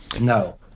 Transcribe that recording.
No